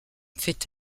feit